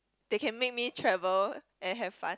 they can make me travel and have fun